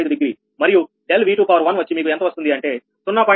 15 degree మరియు ∆𝑉2 వచ్చి మీకు ఎంత వస్తుంది అంటే 0